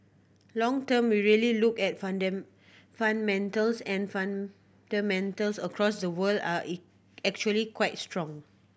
long term we really look at fundamentals and fundamentals across the world are actually quite strong